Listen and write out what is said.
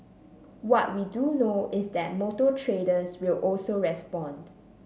what we do know is that motor traders will also respond